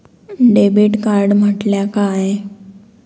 Debit card म्हटल्या काय?